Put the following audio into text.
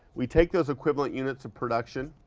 we take those equivalent units of production